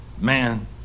Man